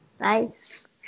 Nice